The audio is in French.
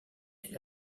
elle